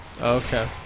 okay